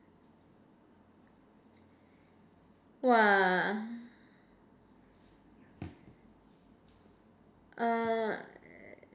!wah! uh